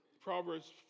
Proverbs